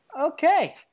okay